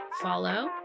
follow